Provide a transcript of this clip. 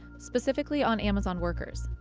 specifically on amazon workers.